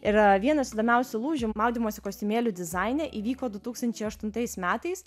yra vienas įdomiausių lūžių maudymosi kostiumėlių dizaine įvyko du tūkstančiai aštuntais metais